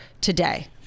today